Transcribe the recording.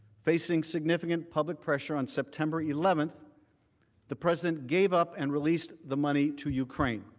facing significant public pressure on september eleven the president gave up and released the money to ukraine.